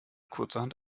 kurzerhand